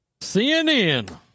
CNN